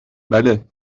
بله